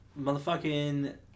Motherfucking